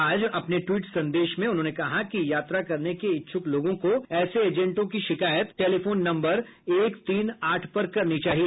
आज अपने ट्वीट संदेशों में उन्होंने कहा कि यात्रा करने के इच्छुक लोगों को ऐसे एजेन्टों की शिकायत टेलीफोन नम्बर एक तीन आठ पर करनी चाहिए